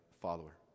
follower